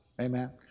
Amen